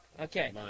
Okay